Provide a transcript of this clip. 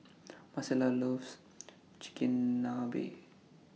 Marcella loves Chigenabe